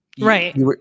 Right